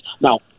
Now